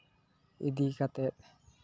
ᱤᱫᱤ ᱠᱟᱛᱮᱫ